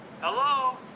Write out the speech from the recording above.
hello